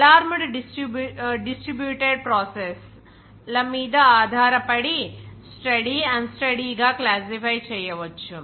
అలార్ముడ్ distributed process ల మీద ఆధారపడి స్టెడీ అన్ స్టెడీ గా క్లాసిఫై చేయవచ్చు